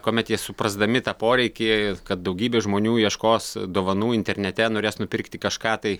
kuomet jie suprasdami tą poreikį kad daugybė žmonių ieškos dovanų internete norės nupirkti kažką tai